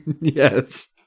Yes